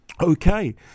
Okay